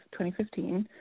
2015